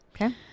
Okay